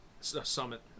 Summit